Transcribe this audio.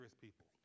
people